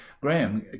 graham